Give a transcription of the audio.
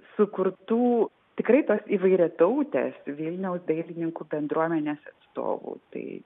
sukurtų tikrai įvairiatautės vilniaus dailininkų bendruomenės atstovų tai